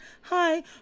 hi